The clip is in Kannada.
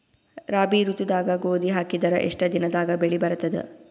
ರಾಬಿ ಋತುದಾಗ ಗೋಧಿ ಹಾಕಿದರ ಎಷ್ಟ ದಿನದಾಗ ಬೆಳಿ ಬರತದ?